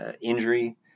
injury